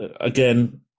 Again